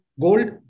gold